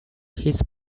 his